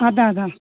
அதான் அதான்